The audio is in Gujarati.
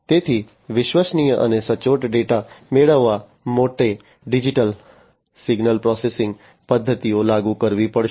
તેથી વિશ્વસનીય અને સચોટ ડેટા મેળવવા માટે ડિજિટલ સિગ્નલ પ્રોસેસિંગ પદ્ધતિઓ લાગુ કરવી પડશે